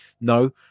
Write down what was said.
No